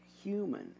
human